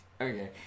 Okay